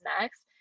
next